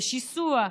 ושיסוע,